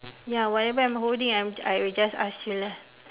ya whatever I'm holding I I will just ask you lah